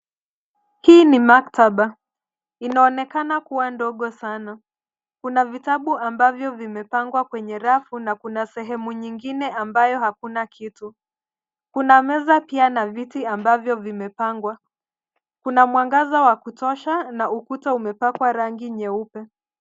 Hii ni maktaba. Inaonekana kuwa ndogo sana. Kuna vitabu ambavyo vimepangwa kwenye rafu, na kuna sehemu nyingine ambayo hakuna kitu. Kuna meza pia na viti ambavyo vimepangwa. Kuna mwangaza wa kutosha, na ukuta umepakwa rangi nyeupe.